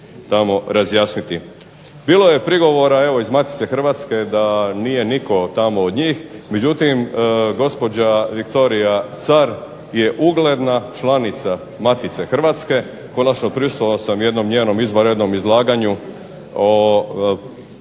Bilo je prigovora evo iz Matice Hrvatske da nije tamo nitko od njih međutim gospođa Viktorija Car je ugledna članica Matice Hrvatske, konačno prisustvovao sam jednom njenom izvanrednom izlaganju o